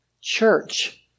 church